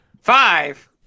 Five